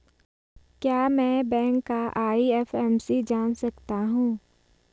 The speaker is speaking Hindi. क्या मैं बैंक का आई.एफ.एम.सी जान सकता हूँ?